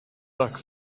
luck